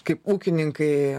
kaip ūkininkai